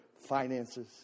finances